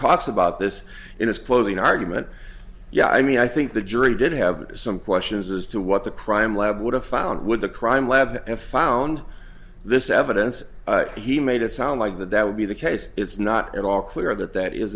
talks about this in his closing argument yeah i mean i think the jury did have some questions as to what the crime lab would have found with the crime lab and found this evidence he made it sound like that that would be the case it's not at all clear that that is